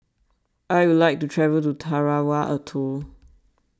I would like to travel to Tarawa Atoll